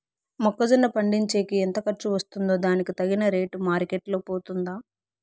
మొక్క జొన్న పండించేకి ఎంత ఖర్చు వస్తుందో దానికి తగిన రేటు మార్కెట్ లో పోతుందా?